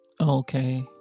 Okay